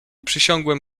przysiągłem